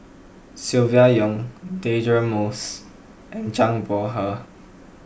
Silvia Yong Deirdre Moss and Zhang Bohe